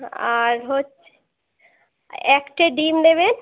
আর হচ্ছে এক ট্রে ডিম দেবেন